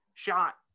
shot